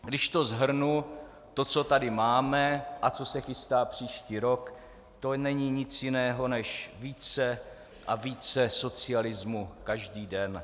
Když to shrnu: To, co tady máme a co se chystá příští rok, to není nic jiného než více a více socialismu každý den.